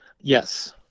Yes